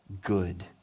good